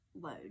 load